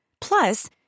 Plus